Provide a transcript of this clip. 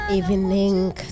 evening